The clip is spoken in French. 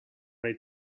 les